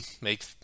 make